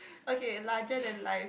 okay larger than life